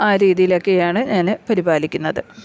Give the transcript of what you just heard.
ആ രീതിയിലൊക്കെയാണ് ഞാന് പരിപാലിക്കുന്നത്